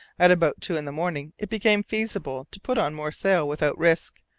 at about two in the morning it became feasible to put on more sail without risk,